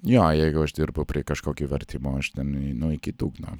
jo jeigu aš dirbu prie kažkokio vertimo aš ten nueinu iki dugno